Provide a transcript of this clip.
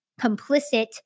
complicit